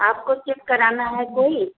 आपको चेक कराना है कोई